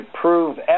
prove